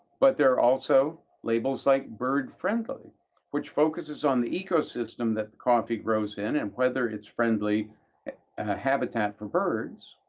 but there are also labels like bird friendly which focuses on the ecosystem that the coffee grows in and whether it's a friendly habitat for birds.